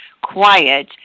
quiet